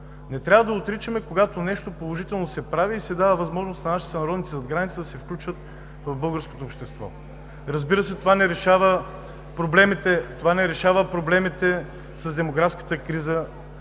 Не трябва да отричаме, когато нещо положително се прави и се дава възможност на наши сънародници зад граница да се включват в българското общество. Разбира се, това не решава проблемите с демографската криза,